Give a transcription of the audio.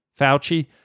Fauci